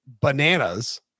bananas